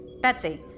Betsy